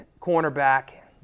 cornerback